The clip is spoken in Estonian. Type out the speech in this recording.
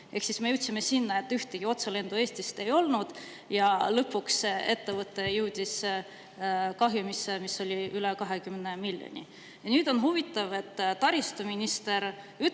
Ehk siis me jõudsime sinna, et ühtegi otselendu Eestist ei olnud ja lõpuks jõudis ettevõte kahjumisse, mis oli üle 20 miljoni. Ja nüüd on huvitav see, et taristuminister ütleb,